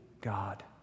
God